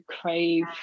crave